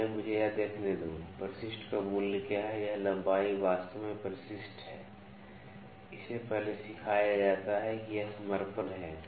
पहले मुझे यह देखने दो परिशिष्ट का मूल्य क्या है यह लंबाई वास्तव में परिशिष्ट है इससे पहले यह सिखाया जाता है कि यह समर्पण है